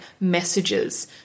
messages